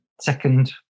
second